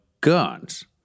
guns